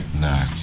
No